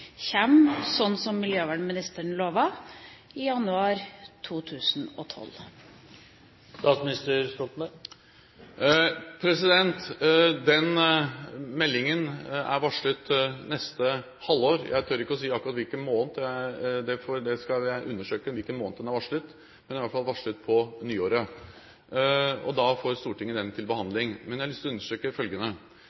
miljøvernministeren lovet – i januar 2012? Den meldingen er varslet neste halvår. Jeg tør ikke si akkurat hvilken måned – jeg skal undersøke hvilken måned den er varslet – men den er i hvert fall varslet på nyåret, og da får Stortinget den til